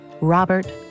Robert